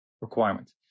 requirement